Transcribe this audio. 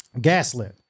gaslit